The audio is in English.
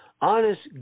honest